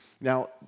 Now